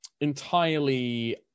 entirely